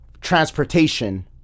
transportation